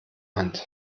hand